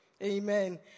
Amen